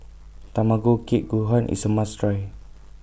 Tamago Kake Gohan IS A must Try